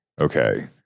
okay